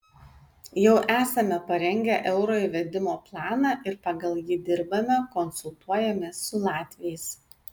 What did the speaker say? jau esame parengę euro įvedimo planą ir pagal jį dirbame konsultuojamės su latviais